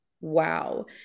Wow